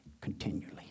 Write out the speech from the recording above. continually